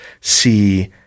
see